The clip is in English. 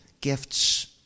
gifts